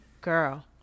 Girl